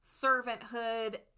servanthood